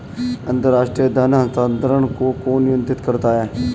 अंतर्राष्ट्रीय धन हस्तांतरण को कौन नियंत्रित करता है?